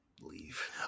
leave